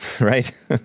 right